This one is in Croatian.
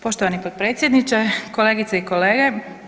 Poštovani potpredsjedniče, kolegice i kolege.